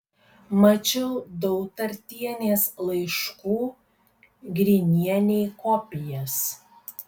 mačiau dautartienės laiškų grinienei kopijas